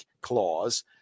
clause